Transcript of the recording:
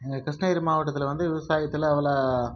எங்கள் கிருஷ்ணகிரி மாவட்டத்தில் வந்து விவசாயத்தில் அவ்வளோ